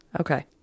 Okay